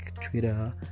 Twitter